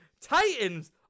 Titans